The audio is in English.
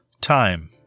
time